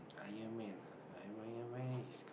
Iron-man ah Iron Iron-man he's